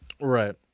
Right